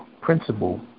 principle